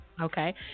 Okay